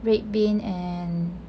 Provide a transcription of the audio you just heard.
red bean and